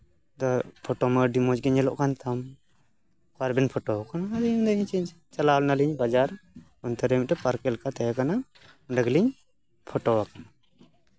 photo ᱢᱟ ᱟᱹᱰᱤ ᱢᱚᱸᱡ ᱜᱮ ᱧᱮᱞᱚᱜ ᱠᱟᱱ ᱛᱟᱢ ᱚᱠᱟᱨᱮᱵᱮᱱ ᱯᱷᱳᱴᱳ ᱟᱠᱟᱱᱟ ᱟᱫᱚᱧ ᱢᱮᱱᱮᱫᱟ ᱪᱟᱞᱟᱣ ᱞᱮᱱᱟᱞᱤᱧ ᱵᱟᱡᱟᱨ ᱚᱱᱛᱮ ᱨᱮ ᱢᱤᱫᱴᱟᱝ ᱯᱟᱨᱠᱮ ᱞᱮᱠᱟ ᱛᱟᱦᱮᱸ ᱠᱟᱱᱟ ᱚᱸᱰᱮ ᱜᱮᱞᱤᱧ ᱯᱷᱳᱴᱳ ᱟᱠᱟᱱᱟ